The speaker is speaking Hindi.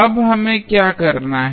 अब हमें क्या करना है